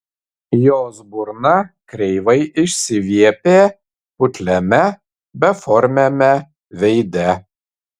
jos burna kreivai išsiviepė putliame beformiame veide